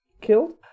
killed